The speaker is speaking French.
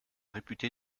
réputé